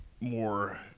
more